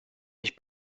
ich